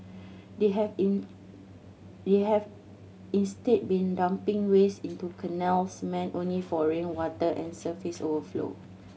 they have in they have instead been dumping waste into canals meant only for rainwater and surface overflow